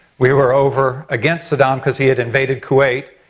we were over against saddam because he had invaded kuwait.